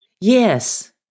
Yes